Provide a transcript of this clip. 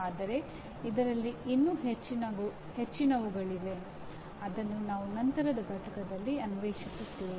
ಆದರೆ ಇದರಲ್ಲಿ ಇನ್ನೂ ಹೆಚ್ಚಿನವುಗಳಿವೆ ಅದನ್ನು ನಾವು ನಂತರದ ಪಠ್ಯದಲ್ಲಿ ಅನ್ವೇಷಿಸುತ್ತೇವೆ